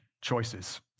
choices